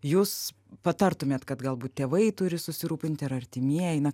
jūs patartumėt kad galbūt tėvai turi susirūpinti ar artimieji na